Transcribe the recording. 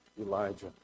Elijah